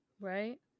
Right